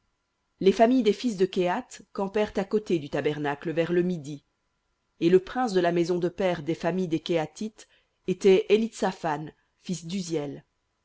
les familles des fils de kehath campèrent à côté du tabernacle vers le midi et le prince de la maison de père des familles des kehathites était élitsaphan fils